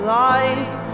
life